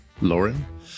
lauren